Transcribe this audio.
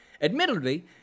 Admittedly